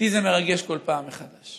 אותי זה מרגש כל פעם מחדש.